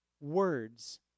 words